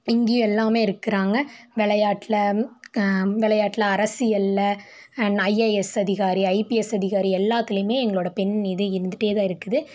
இங்கேயும் எல்லாம் இருக்கிறாங்க விளையாட்ல விளையாட்ல அரசியலில் அண்ட் ஐஏஎஸ் அதிகாரி ஐபிஎஸ் அதிகாரி எல்லாத்துலேயுமே எங்களோட பெண் இது இருந்துட்டேதான் இருக்குது